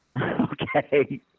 Okay